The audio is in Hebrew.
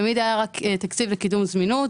תמיד היה רק תקציב לקידום זמינות.